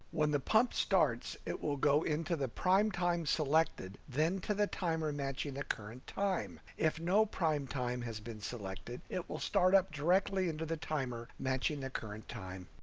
when the pump starts it will go into the prime time selected then to the timer matching the current time. if no prime time has been selected it will start up directly into the timer matching the current time.